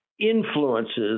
influences